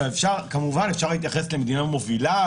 כמובן אפשר להתייחס למדינה מובילה,